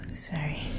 sorry